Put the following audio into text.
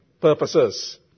purposes